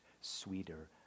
sweeter